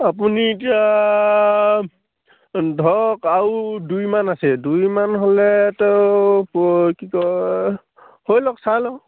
আপুনি এতিয়া ধৰক আৰু দুইমান আছে দুইমান হ'লেতো কি কয় হৈ লওক চাই লওক